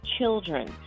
children